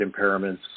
impairments